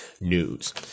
news